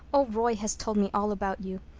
oh, roy has told me all about you.